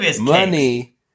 money